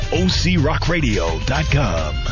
OCRockRadio.com